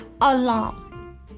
alone